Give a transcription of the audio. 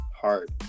hard